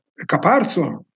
Caparzo